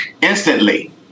instantly